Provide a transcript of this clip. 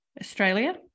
Australia